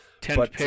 Ten